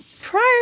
prior